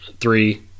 three